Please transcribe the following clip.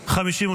נתקבלה.